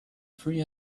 free